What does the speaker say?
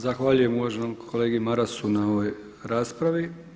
Zahvaljujem uvaženom kolegi Marasu na ovoj raspravi.